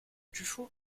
tuffeau